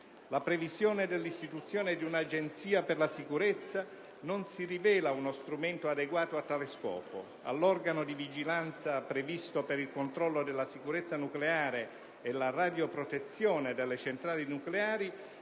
la previsione dell'istituzione di un'Agenzia per la sicurezza non si rivela uno strumento adeguato a tale scopo. All'organo di vigilanza previsto per il controllo della sicurezza nucleare e la radioprotezione delle centrali nucleari